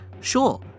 Sure